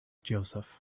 joseph